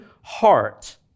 heart